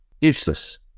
useless